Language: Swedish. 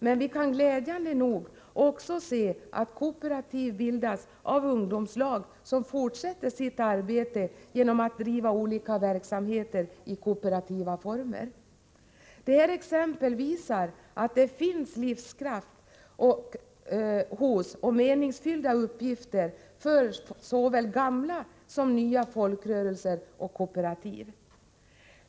Men vi kan glädjande nog se att kooperativ även bildas av ungdomslag, som fortsätter sitt arbete genom att driva olika verksamheter i kooperativa former. De här exemplen visar att det finns livskraft hos och meningsfulla uppgifter för såväl gamla som nya folkrörelser och kooperativ.